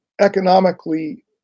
economically